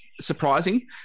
surprising